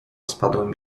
spadłym